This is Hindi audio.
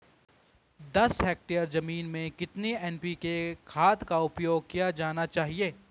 दस हेक्टेयर जमीन में कितनी एन.पी.के खाद का उपयोग किया जाना चाहिए?